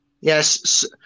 Yes